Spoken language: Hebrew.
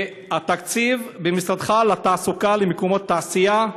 מתקציב משרדך לתעסוקה למקומות תעשייה,